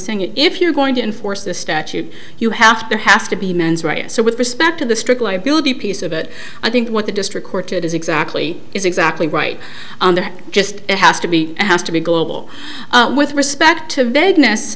saying if you're going to enforce the statute you have to have to be men's right so with respect to the strict liability piece of it i think what the district court is exactly is exactly right and it just has to be asked to be global with respect to vagueness